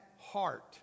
heart